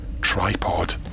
Tripod